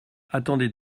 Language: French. attendez